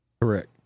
Correct